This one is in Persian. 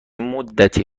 مدتی